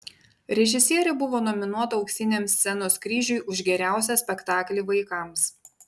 režisierė buvo nominuota auksiniam scenos kryžiui už geriausią spektaklį vaikams